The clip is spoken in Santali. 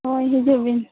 ᱦᱳᱭ ᱦᱤᱡᱩᱜ ᱵᱤᱱ